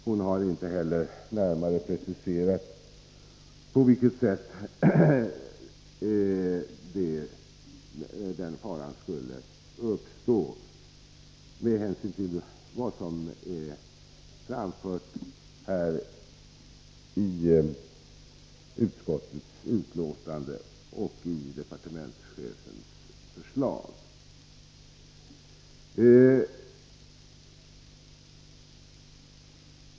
Hon har inte heller närmare preciserat på vilket sätt den faran skulle uppstå med hänsyn till vad som anförts i utskottets betänkande och i departementschefens förslag.